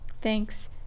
thanks